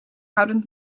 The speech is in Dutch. houdend